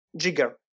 Jigger